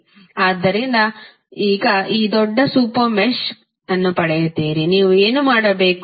ಆದ್ದರಿಂದ ಈಗ ಈ ದೊಡ್ಡ ಸೂಪರ್ ಮೆಶ್ಯನ್ನು ಪಡೆಯುತ್ತೀರಿ ನೀವು ಏನು ಮಾಡಬೇಕು